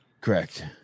Correct